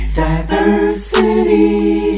diversity